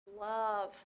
love